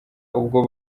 ubwo